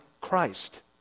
Christ